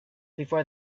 before